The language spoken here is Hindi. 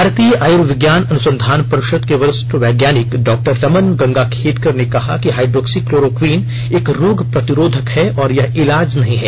भारतीय आयुर्विज्ञान अनुसंधान परिषद के वरिष्ठ वैज्ञानिक डॉक्टर रमन गंगाखेडकर ने कहा कि हाइड्रोक्सी क्लोरोक्विन एक रोग प्रतिरोधक है और यह इलाज नहीं है